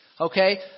Okay